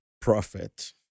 prophet